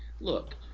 look